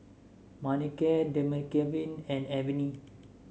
Manicare Dermaveen and Avene